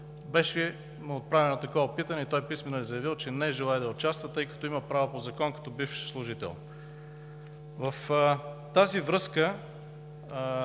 беше отправено такова питане и той писмено е заявил, че не желае да участва, тъй като има право по Закон като бивш служител. В тази връзка